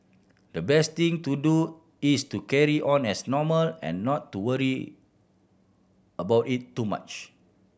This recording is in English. the best thing to do is to carry on as normal and not to worry about it too much